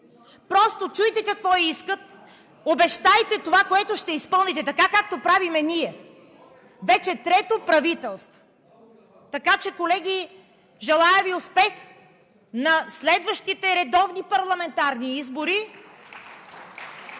Просто чуйте какво искат, обещайте това, което ще изпълните – така, както правим ние, вече трето правителство! Така че, колеги, желая Ви успех на следващите редовни парламентарни избори